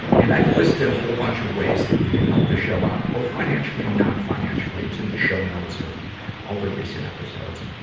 and i've listed a whole bunch of ways that you can help this show out, both financially and non-financially it's in the show notes of all the recent episodes.